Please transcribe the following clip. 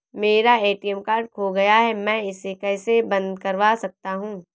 मेरा ATM card खो गया है मैं इसे कैसे बंद करवा सकता हूँ?